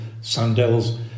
Sandel's